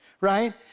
right